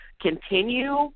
continue